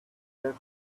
have